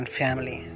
family